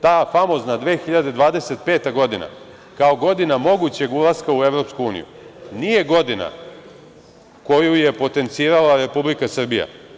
Ta famozna 2025. godina, kao godina mogućeg ulaska u EU, nije godina koju je potencirala Republika Srbija.